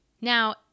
Now